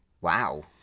Wow